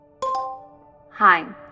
Hi